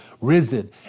Risen